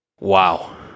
Wow